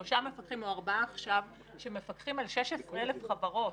ושלושה מפקחים או ארבעה עכשיו שמפקחים על 16,000 חברות.